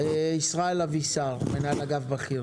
ישראל אבישר, מנהל אגף בכיר